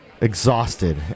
exhausted